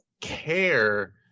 care